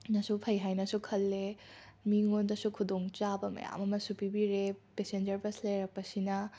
ꯅꯁꯨ ꯐꯩ ꯍꯥꯏꯅꯁꯨ ꯈꯜꯂꯦ ꯃꯤꯉꯣꯟꯗꯁꯨ ꯈꯨꯗꯣꯡꯆꯥꯕ ꯃꯌꯥꯝ ꯑꯃꯁꯨ ꯄꯤꯕꯤꯔꯦ ꯄꯦꯁꯦꯟꯖꯔ ꯕꯁ ꯂꯩꯔꯛꯄꯁꯤꯅ